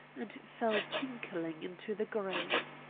and fell tinkling into the grate.